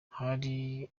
hari